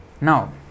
Now